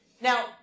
Now